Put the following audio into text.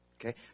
Okay